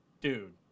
Dude